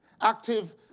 active